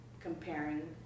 comparing